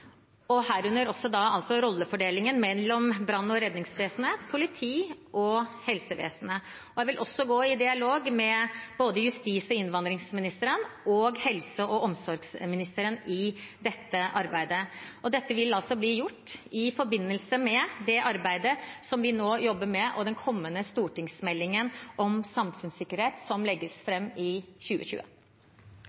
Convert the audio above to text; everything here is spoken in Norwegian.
herunder også rollefordelingen mellom brann- og redningsvesenet, politiet og helsevesenet. Jeg vil også gå i dialog med både justis- og innvandringsministeren og helse- og omsorgsministeren i dette arbeidet. Dette vil bli gjort i forbindelse med det arbeidet som vi nå jobber med, og den kommende stortingsmeldingen om samfunnssikkerhet, som legges